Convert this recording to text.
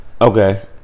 Okay